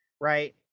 right